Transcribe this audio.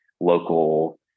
local